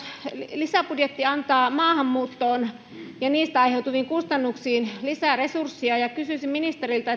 lisäbudjetti antaa maahanmuuttoon ja niistä aiheutuviin kustannuksiin lisäresurssia ja kysyisin ministeriltä